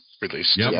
released